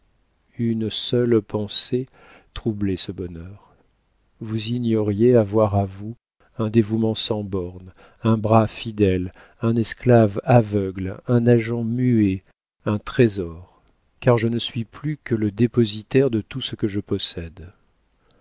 une seule pensée troublait ce bonheur vous ignoriez avoir à vous un dévouement sans bornes un bras fidèle un esclave aveugle un agent muet un trésor car je ne suis plus que le dépositaire de tout ce que je possède